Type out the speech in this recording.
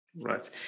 Right